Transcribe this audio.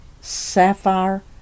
sapphire